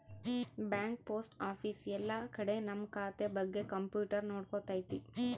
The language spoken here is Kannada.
ಬ್ಯಾಂಕ್ ಪೋಸ್ಟ್ ಆಫೀಸ್ ಎಲ್ಲ ಕಡೆ ನಮ್ ಖಾತೆ ಬಗ್ಗೆ ಕಂಪ್ಯೂಟರ್ ನೋಡ್ಕೊತೈತಿ